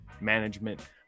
management